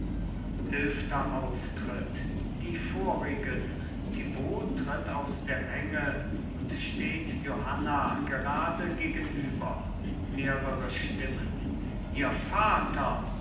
eilfter auftritt die vorigen thibaut tritt aus der menge und steht johanna gerade gegenüber mehrere stimmen ihr vater